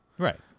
Right